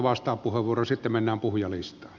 sitten mennään puhujalistaan